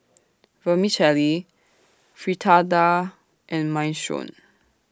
Vermicelli Fritada and Minestrone